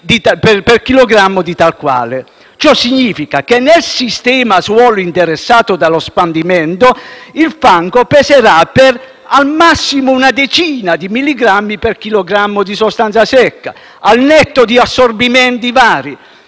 per chilogrammo di tal quale. Ciò significa che nel sistema suolo interessato dallo spandimento, il fango peserà al massimo per una decina di milligrammi per chilogrammo di sostanza secca, al netto di assorbimenti vari,